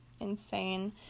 insane